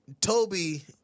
Toby